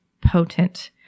potent